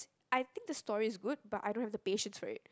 I think the story is good but I don't have the patience for it